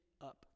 up